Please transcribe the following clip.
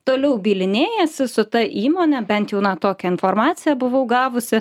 toliau bylinėjasi su ta įmone bent jau na tokią informaciją buvau gavusi